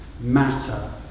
matter